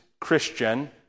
Christian